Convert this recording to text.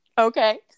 Okay